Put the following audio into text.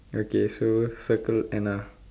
okay so circle Anna